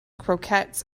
croquettes